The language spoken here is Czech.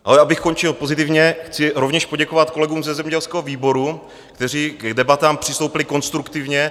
Ale abych končil pozitivně, chci rovněž poděkovat kolegům ze zemědělského výboru, kteří k debatám přistoupili konstruktivně.